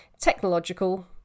technological